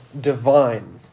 divine